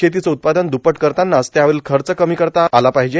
शेतीचे उत्पादन द्प्पट करतानाच त्यावरील खर्च कमी करता आला पाहिजे